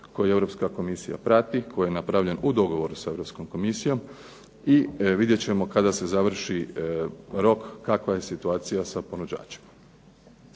koji Europska komisija prati, koji je napravljen u dogovoru sa Europskom Komisijom i vidjet ćemo kada se završi rok kakva je situacija sa ponuđačima.